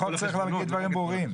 החוק צריך להגיד דברים ברורים.